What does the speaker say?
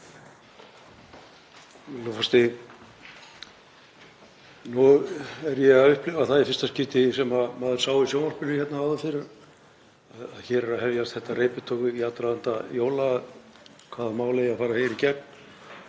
Nú er ég að upplifa það í fyrsta skipti sem maður sá í sjónvarpinu hérna áður fyrr; hér er að hefjast þetta reiptog í aðdraganda jóla, hvaða mál eigi að fara hér í gegn.